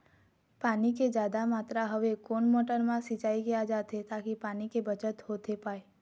पानी के जादा मात्रा हवे कोन मोटर मा सिचाई किया जाथे ताकि पानी के बचत होथे पाए?